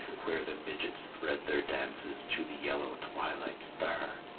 where the midgets thread their dances to the yellow twilight star,